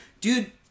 Dude